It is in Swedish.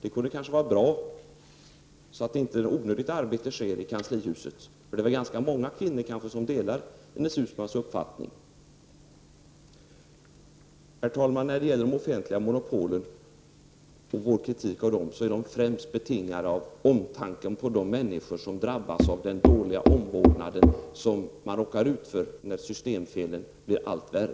Ett besked vore bra, så att inte onödigt arbete görs i kanslihuset. Det är kanske ganska många kvinnor som delar Ines Uusmanns uppfattning. Herr talman! Vår kritik av de offentliga monopolen är främst betingad av omtanken om de människor som drabbas av den dåliga omvårdnad som man råkar ut för när systemfelen blir allt värre.